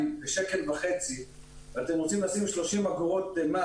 ב-1.5 שקלים ואתם רוצים לשים 30 אגורות מס